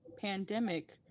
pandemic